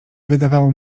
wydawało